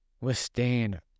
withstand